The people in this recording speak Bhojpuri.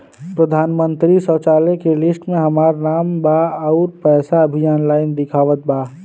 प्रधानमंत्री शौचालय के लिस्ट में हमार नाम बा अउर पैसा भी ऑनलाइन दिखावत बा